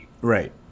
Right